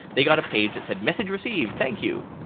they got a page that said, message received thank you.